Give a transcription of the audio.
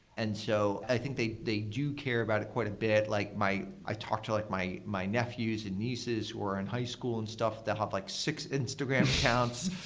and so i think they they do care about it quite a bit. like i talk to like my my nephews and nieces who are in high school and stuff, they'll have like six instagram accounts,